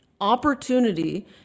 opportunity